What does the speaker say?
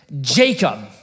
Jacob